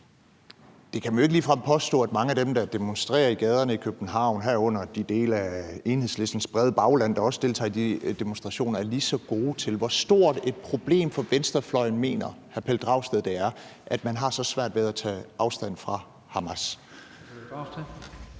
Det kan man jo ikke ligefrem påstå at mange af dem, der demonstrerer i gaderne i København, herunder de dele af Enhedslistens brede bagland, der også deltager i de demonstrationer, er lige så gode til. Hvor stort et problem for venstrefløjen mener hr. Pelle Dragsted det er, at man har så svært ved at tage afstand fra Hamas?